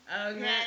Okay